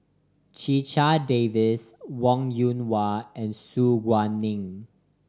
Checha Davies Wong Yoon Wah and Su Guaning